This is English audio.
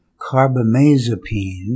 carbamazepine